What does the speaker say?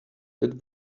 that